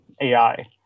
AI